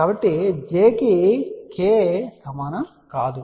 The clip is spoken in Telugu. కాబట్టి j కి k సమానం కాదు